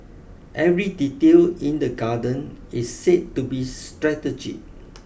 every detail in the garden is said to be strategic